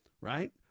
right